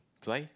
do I